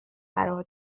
قرار